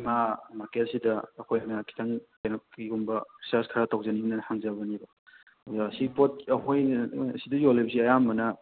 ꯏꯃꯥ ꯃꯥꯔꯀꯦꯠꯁꯤꯗ ꯑꯩꯈꯣꯏꯅ ꯈꯤꯇꯪ ꯀꯩꯅꯣ ꯐꯤꯒꯨꯝꯕ ꯁꯔꯁ ꯈꯔ ꯇꯧꯖꯅꯤꯡꯗꯅ ꯍꯪꯖꯕꯅꯦꯕ ꯑꯗꯨꯒ ꯁꯤ ꯄꯣꯠ ꯑꯩꯈꯣꯏꯅ ꯁꯤꯗ ꯌꯣꯜꯂꯤꯕꯁꯤ ꯑꯌꯥꯝꯕꯅ